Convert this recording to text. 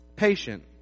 patient